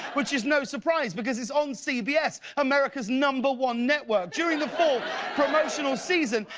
which is no surprise because it's on cbs, america's number one network. during the fall promotional season,